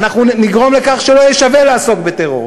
ואנחנו נגרום לכך שלא יהיה שווה לעסוק בטרור.